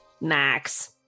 Max